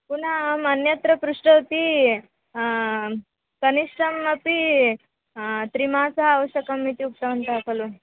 पुनः अहम् अन्यत्र पृष्टवती कनिष्ठमपि त्रिमासाः आवश्यकम् इति उक्तवन्तः खलु